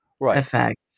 effect